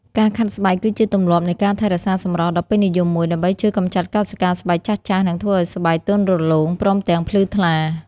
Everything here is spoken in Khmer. ការខាត់ស្បែកគឺជាទម្លាប់នៃការថែរក្សាសម្រស់ដ៏ពេញនិយមមួយ ដើម្បីជួយកម្ចាត់កោសិកាស្បែកចាស់ៗ និងធ្វើឱ្យស្បែកទន់រលោង ព្រមទាំងភ្លឺថ្លា។